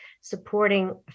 supporting